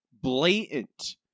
blatant